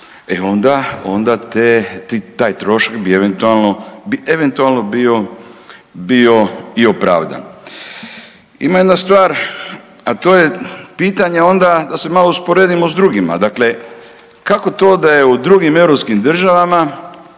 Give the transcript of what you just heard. e onda te, taj trošak bi eventualno bio i opravdan. Ima jedna stvar, a to je pitanje onda da se malo usporedimo s drugima. Dakle, kako to da je u drugim europskim državama